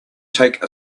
take